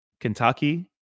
Kentucky